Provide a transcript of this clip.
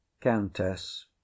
countess